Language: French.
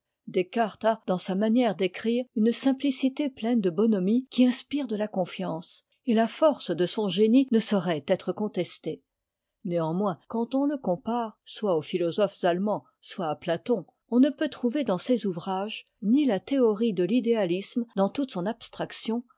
descartes a dans sa manière d'écrire une simplicité pleine de bonhomie qui inspire de la confiance et la force de son génie ne saurait être contestée néanmoins quand on le compare soit aux philosophes allemands soit à platon on ne peut'trou ver dans ses ouvrages ni la théorie de t'idéàtisme dans toute son abstraction